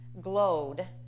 glowed